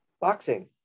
boxing